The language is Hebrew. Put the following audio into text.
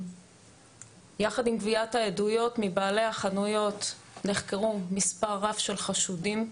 יחד עם גביית העדויות מבעלי החנויות נחקרו מספר רב של חשודים.